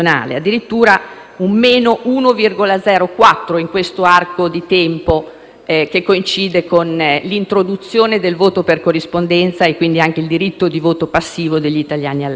che coincide con l'introduzione del voto per corrispondenza e quindi del diritto di voto passivo degli italiani all'estero. In contemporanea, il nostro elettorato all'estero